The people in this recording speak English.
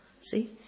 See